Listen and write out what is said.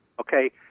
Okay